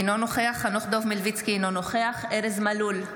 אינו נוכח חנוך דב מלביצקי, אינו נוכח ארז מלול,